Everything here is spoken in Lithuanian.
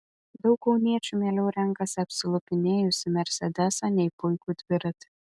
daug kauniečių mieliau renkasi apsilupinėjusį mersedesą nei puikų dviratį